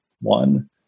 one